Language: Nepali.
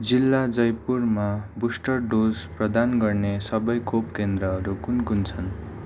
जिल्ला जयपुरमा बुस्टर डोज प्रदान गर्ने सबै खोपकेन्द्रहरू कुन कुन छन्